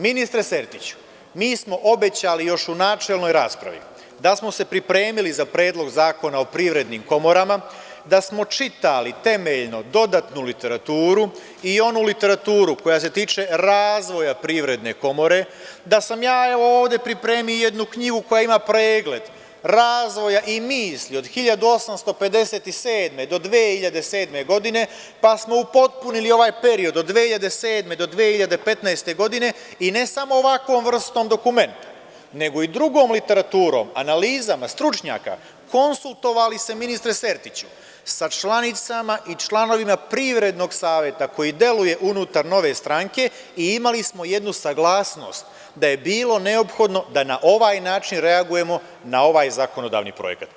Ministre Sertiću, mi smo obećali još u načelnoj raspravi da smo se pripremili za Predlog zakona o privrednim komorama, da smo čitali temeljno dodatnu literaturu i onu literaturu koja se tiče razvoja Privredne komore, da sam ja evo, ovde pripremio jednu knjigu koja ima pregled razvoja i misli od 1857-2007. godine, pa smo upotpunili ovaj period od 2007-2015. godine i ne samo ovakvom vrstom dokumenta, nego i drugom literaturom, analizama stručnjaka, konsultovali se ministre Sertiću, sa članicama i članovima privrednog saveta koji deluje unutar Nove stranke i imali smo jednu saglasnost da je bilo neophodno da na ovaj način reagujemo na ovaj zakonodavni projekat.